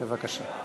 בבקשה,